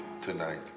tonight